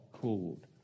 called